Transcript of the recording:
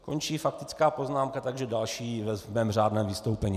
Končí faktická poznámka, takže další v řádném vystoupení.